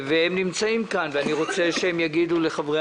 הם נמצאים כאן ואני רוצה שהם יגידו לחברי